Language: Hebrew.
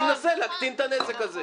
אני מנסה להקטין את הנזק הזה.